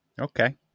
Okay